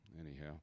Anyhow